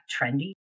trendy